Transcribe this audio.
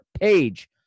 page